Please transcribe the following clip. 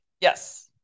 Yes